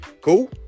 Cool